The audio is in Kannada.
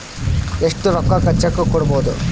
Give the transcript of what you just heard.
ಎಷ್ಟು ರೊಕ್ಕಕ ಚೆಕ್ಕು ಕೊಡುಬೊದು